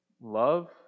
Love